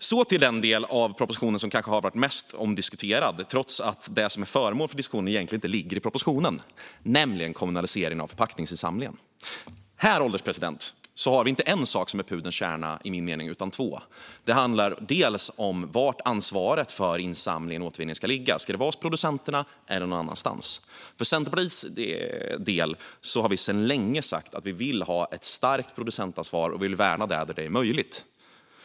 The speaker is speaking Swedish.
Så till den del av propositionen som kanske har varit mest omdiskuterad, trots att det som är föremål för diskussionen egentligen inte ligger i propositionen, nämligen kommunaliseringen av förpackningsinsamlingen. Här, herr ålderspresident, har vi i min mening inte en sak som är pudelns kärna utan två. Den första är var ansvaret för insamlingen och återvinningen ska ligga: Ska det vara hos producenterna eller någon annanstans? För Centerpartiets del har vi sedan länge sagt att vi vill ha ett starkt producentansvar och vill värna det där det är möjligt.